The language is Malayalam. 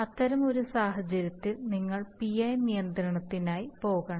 അത്തരമൊരു സാഹചര്യത്തിൽ നിങ്ങൾ PI നിയന്ത്രണത്തിനായി പോകണം